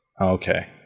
okay